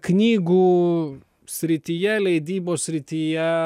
knygų srityje leidybos srityje